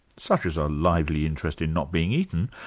such as a lively interest in not being eaten,